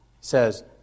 says